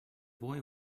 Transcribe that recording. boy